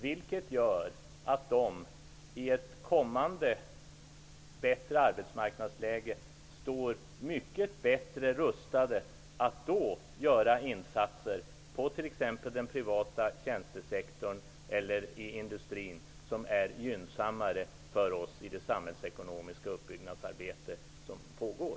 Det gör att de i ett kommande bättre arbetsmarknadsläge står mycket bättre rustade att göra insatser inom t.ex. den privata tjänstesektorn eller i industrin. Det är gynnsammare för oss i det samhällsekonomiska uppbyggnadsarbete som pågår.